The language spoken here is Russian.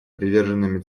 приверженными